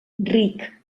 ric